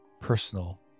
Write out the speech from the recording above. personal